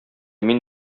мин